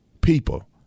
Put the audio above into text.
people